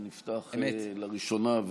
שנפתח לראשונה,